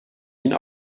bin